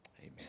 Amen